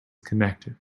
connected